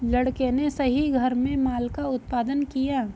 लड़के ने सही घर में माल का उत्पादन किया